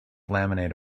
laminate